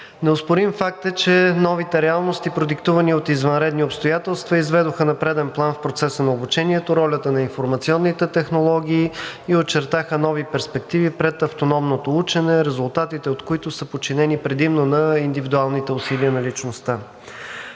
Неоспорим факт е, че новите реалности, продиктувани от извънредни обстоятелства, изведоха на преден план в процеса на обучението ролята на информационните технологии и очертаха нови перспективи пред автономното учене, резултатите от което са подчинени предимно на индивидуалните усилия на личността.